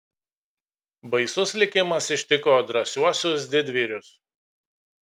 baisus likimas ištiko drąsiuosius didvyrius